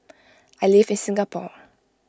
I live in Singapore